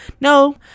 No